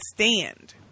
Stand